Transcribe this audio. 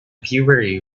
puberty